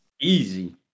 easy